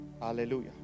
Hallelujah